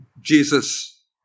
Jesus